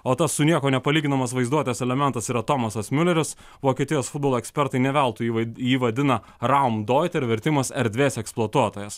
o tas su niekuo nepalyginamas vaizduotas elementas yra tomasas miuleris vokietijos futbolo ekspertai ne veltui jį vadina raumdeuter vertimas erdvės eksploatuotojas